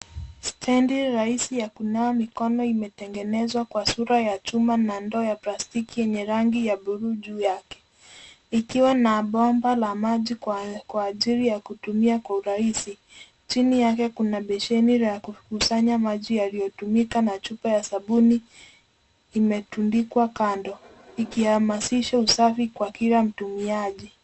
Stendi rahisi ya kunawa mikono imetengenezwa kwa sura ya chuma na ndoo ya plastiki yenye rangi ya buluu juu yake, ikiwa na bomba la maji kwa ajili ya kutumia kwa urahisi. Chini yake kuna besheni la kukusanya maji yaliyotumika na chupa ya sabuni imetundikwa kando ikihamasisha usafi kwa kila mtumiaji.